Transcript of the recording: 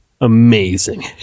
amazing